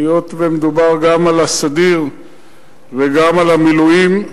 היות שמדובר גם על הסדיר וגם על המילואים,